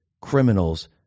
criminals